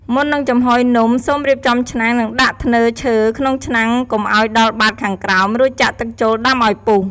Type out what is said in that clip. មុននឹងចំហុយនំ សូមរៀបចំឆ្នាំង និងដាក់ធ្នើរឈើក្នុងឆ្នាំងកុំឱ្យដល់បាតខាងក្រោម រួចចាក់ទឹកចូលដាំឱ្យពុះ។